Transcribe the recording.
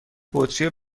بطری